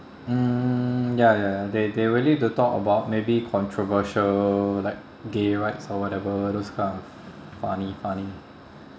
um ya ya ya they they willing to talk about maybe controversial like gay rights or whatever those kind of funny funny